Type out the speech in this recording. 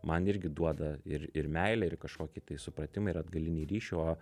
man irgi duoda ir ir meilę ir kažkokį tai supratimą ir atgalinį ryšį o